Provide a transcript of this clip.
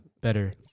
better